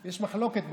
יש מחלוקת בגמרא.